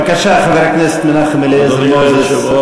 בבקשה, חבר הכנסת מנחם אליעזר מוזס.